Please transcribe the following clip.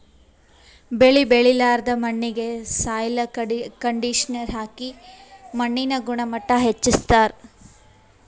ಬೆಳಿ ಬೆಳಿಲಾರ್ದ್ ಮಣ್ಣಿಗ್ ಸಾಯ್ಲ್ ಕಂಡಿಷನರ್ ಹಾಕಿ ಮಣ್ಣಿನ್ ಗುಣಮಟ್ಟ್ ಹೆಚಸ್ಸ್ತಾರ್